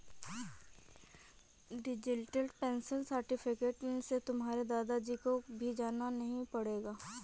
digital pension certificate से तुम्हारे दादा जी को भी जाना नहीं पड़ेगा